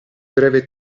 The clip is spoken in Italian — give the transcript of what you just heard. breve